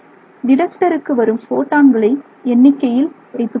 டிடெக்டருக்கு வரும் போட்டான்களை எண்ணிக்கையில் வைத்துக்கொள்கிறது